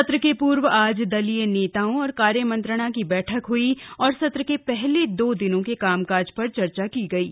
सत्र के पूर्व आज दलीय नेताओं और कार्य मंत्रणा की बैठक हुयी और सत्र के पहले दो दिनों के कामकाज पर चर्चा की गयी